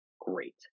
great